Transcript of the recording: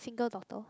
single daughter